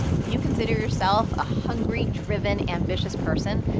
if you consider yourself a hungry, driven, ambitious person,